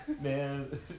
man